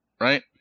right